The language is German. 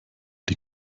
die